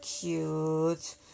cute